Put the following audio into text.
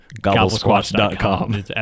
gobblesquatch.com